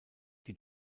die